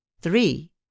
three